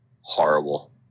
Horrible